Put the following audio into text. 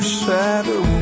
shadow